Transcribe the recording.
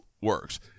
works